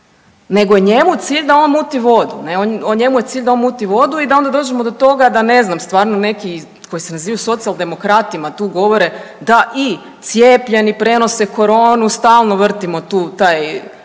ne, on, njemu je cilj da on muti vodu i da onda dođemo do toga da ne znam stvarno neki koji se nazivaju socijaldemokratima tu govore da i cijepljeni prenose koronu, stalno vrtimo taj